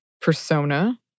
persona